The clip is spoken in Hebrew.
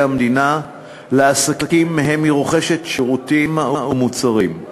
המדינה לעסקים שמהם היא רוכשת שירותים ומוצרים.